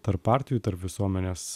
tarp partijų tarp visuomenės